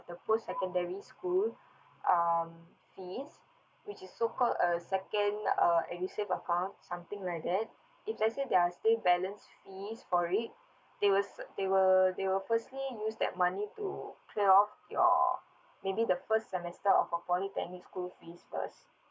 the postsecondary school um fees which is so called uh second uh edusave account something like that if let's say there're still balance fees for it they will s~ they will they will firstly use that money to clear off your maybe the first semester of a polytechnic school fees first